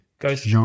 Ghost